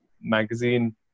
magazine